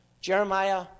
jeremiah